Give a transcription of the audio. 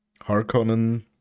Harkonnen